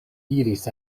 iris